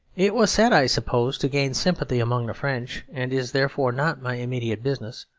it was said, i suppose, to gain sympathy among the french, and is therefore not my immediate business,